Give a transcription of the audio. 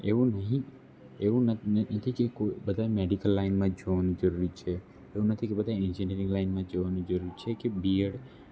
એવું નહીં એવું ન નથી જે કોઈ બધાય મેડિકલ લાઇનમાં જવાની જરૂર છે એવું નથી કે બધા એન્જિનયરિંગ લાઇનમાં જ જવાનું જરૂરી છે કે બીએડ